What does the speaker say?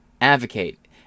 Advocate